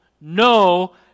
No